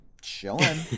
chilling